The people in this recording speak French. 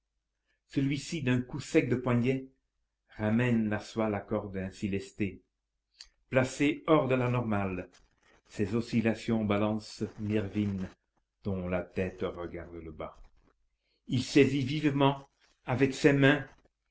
celui-ci d'un coup sec de poignet ramène à soi la corde ainsi lestée placée hors de la normale ses oscillations balancent mervyn dont la tête regarde le bas il saisit vivement avec ses mains